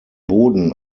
boden